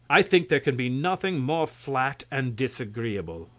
i think there can be nothing more flat and disagreeable.